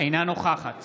אינה נוכחת